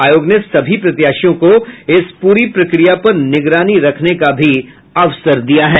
आयोग ने सभी प्रत्याशियों को इस प्री प्रक्रिया पर निगरानी रखने का भी अवसर दिया है